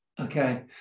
Okay